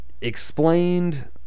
explained